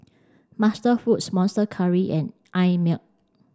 MasterFoods Monster Curry and Einmilk